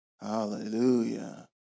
Hallelujah